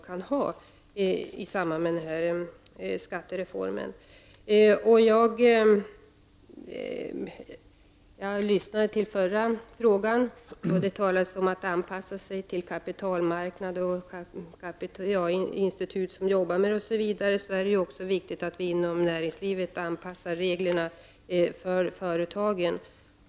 Jag lyssnade till debatten i den förra frågan. Det talades om anpassning till kapitalmarknad och institut på området. Det är ju viktigt att man när det gäller näringslivet anpassar reglerna till företagen.